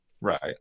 Right